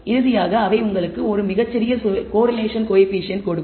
இறுதியாக அவை உங்களுக்கு ஒரு மிகச் சிறிய கோரிலேஷன் கோயபிசியன்ட் கொடுக்கும்